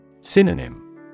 Synonym